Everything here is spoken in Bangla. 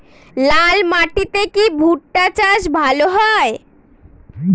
লাল মাটিতে কি ভুট্টা চাষ ভালো হয়?